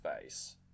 face